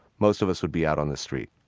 most of us would be out on the street.